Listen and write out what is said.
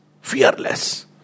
fearless